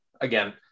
again